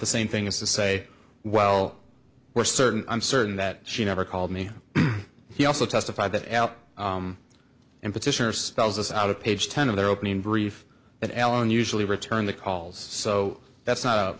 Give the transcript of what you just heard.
the same thing as to say well we're certain i'm certain that she never called me he also testified that al and petitioners tells us out of page ten of their opening brief that allen usually return the calls so that's not a